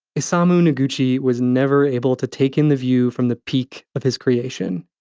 isamu noguchi was never able to take in the view from the peak of his creation.